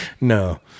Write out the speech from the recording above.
no